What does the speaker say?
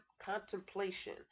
contemplation